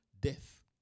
death